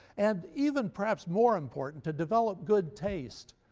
and even perhaps more important, to develop good taste,